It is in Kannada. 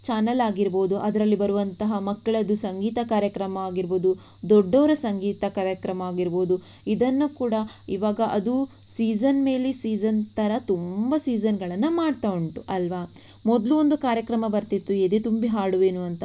ಬರುವಂತಹ ಮಕ್ಕಳದು ಸಂಗೀತ ಕಾರ್ಯಕ್ರಮ ಆಗಿರಬಹುದು ದೊಡ್ಡವರ ಸಂಗೀತ ಕಾರ್ಯಕ್ರಮ ಆಗಿರಬಹುದು ಇದನ್ನು ಕೂಡ ಈವಾಗ ಅದು ಸೀಸನ್ ಮೇಲೆ ಸೀಸನ್ ಥರ ತುಂಬ ಸೀಸನ್ಗಳನ್ನು ಮಾಡ್ತಾ ಉಂಟು ಅಲ್ವಾ ಮೊದಲು ಒಂದು ಕಾರ್ಯಕ್ರಮ ಬರ್ತಿತ್ತು ಎದೆ ತುಂಬಿ ಹಾಡುವೆನು ಅಂತ